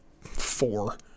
four